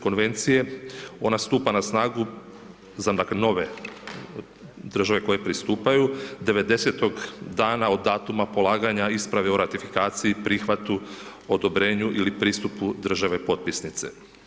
Konvencije, ona stupa na snagu za dakle nove države koje pristupaju, 90.-tog dana od datuma polaganja isprave o ratifikaciji, prihvatu, odobrenju ili pristupu države potpisnice.